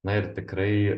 na ir tikrai